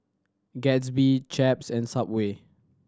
Gatsby Chaps and Subway